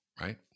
right